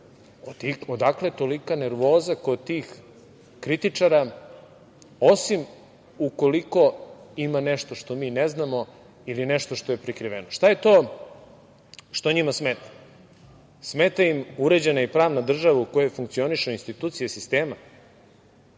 Odakle tolika nervoza kod tih kritičara osim ukoliko ima nešto što mi ne znamo ili nešto što je prikriveno. Šta je to što njima smeta? Smeta im uređena i pravna država u kojoj funkcionišu institucije sistema,